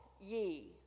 ye